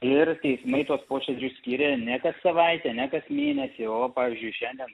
ir teismai tuos posėdžius skyria ne kas savaitę ne kas mėnesį o pavyzdžiui šiandien